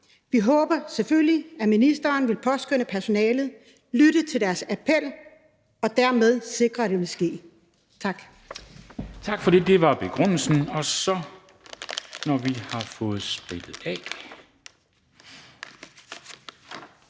Vi håber selvfølgelig, at ministeren vil påskønne personalet, lytte til deres appel og dermed sikre, at det vil ske. Tak.